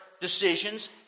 decisions